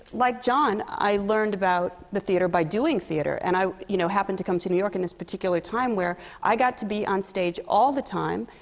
like john, i learned about the theatre by doing theatre. and i you know, happened to come to new york in this particular time, where i got to be on stage all the time.